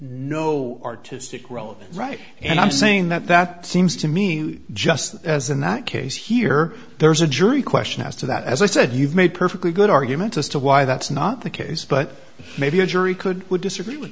no artistic row right and i'm saying that that seems to mean just as in that case here there is a jury question as to that as i said you've made perfectly good arguments as to why that's not the case but maybe a jury could disagree with